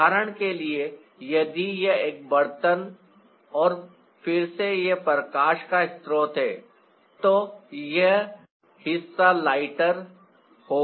उदाहरण के लिए यदि यह एक बर्तन और फिर से यह प्रकाश का स्रोत है तो यह हिस्सा लाइटर होगा